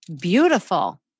beautiful